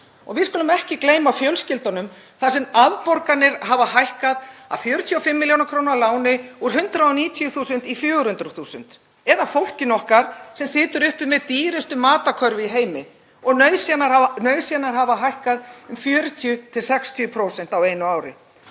Og við skulum ekki gleyma fjölskyldunum þar sem afborganir hafa hækkað á 45 millj. kr. láni úr 190.000 kr. í 400.000 kr., eða fólkinu okkar sem situr uppi með dýrustu matarkörfu í heimi og nauðsynjar sem hafa hækkað um 40–60% á einu ári.